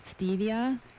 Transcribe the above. Stevia